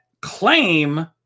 claim